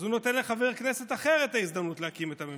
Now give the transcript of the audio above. אז הוא נותן לחבר כנסת אחר את ההזדמנות להקים את הממשלה,